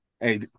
Hey